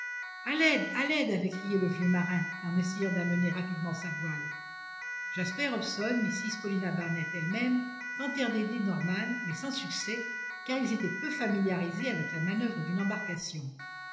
à l'aide à l'aide avait crié le vieux marin en essayant d'amener rapidement sa voile jasper hobson mrs paulina barnett elle-même tentèrent d'aider norman mais sans succès car ils étaient peu familiarisés avec la manoeuvre d'une embarcation